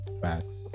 Facts